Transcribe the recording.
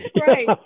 Right